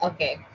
Okay